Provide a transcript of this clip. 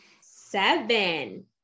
seven